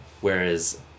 Whereas